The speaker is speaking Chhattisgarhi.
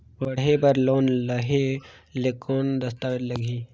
पढ़े बर लोन लहे ले कौन दस्तावेज लगही?